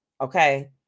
Okay